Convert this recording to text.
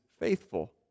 faithful